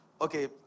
Okay